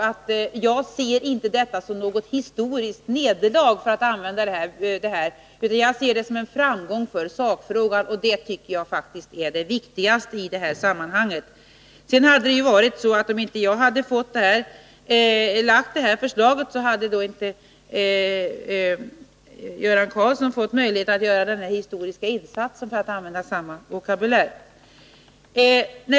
Jag ser därför inte detta som något historiskt nederlag, för att använda ett stort ord, utan jag ser det som en framgång för sakfrågan, och det är faktiskt det viktigaste. Om inte jag hade lagt fram mitt förslag, hade ju inte Göran Karlsson fått möjlighet att göra denna ”historiska insats”, för att använda samma vokabulär.